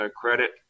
credit